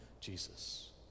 Jesus